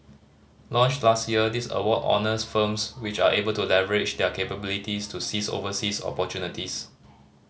launched last year this award honours firms which are able to leverage their capabilities to seize overseas opportunities